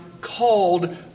called